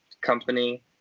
company